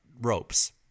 ropes